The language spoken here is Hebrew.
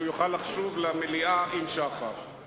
הואיל ואינני מתכוון להתווכח עם חבר הכנסת אפללו,